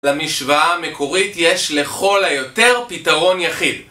למשוואה המקורית יש לכל היותר פתרון יחיד